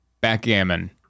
backgammon